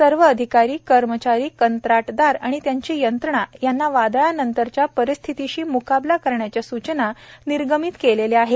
सर्व अधिकारी कर्मचारी कंत्राटदार व त्यांची यंत्रणा यांना वादळानंतरच्या परिस्थितीशी मुकाबला करण्याच्या सूचना केलेल्या आहेत